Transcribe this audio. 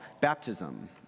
baptism